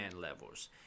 levels